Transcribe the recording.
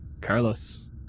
Carlos